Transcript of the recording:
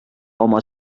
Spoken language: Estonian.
oma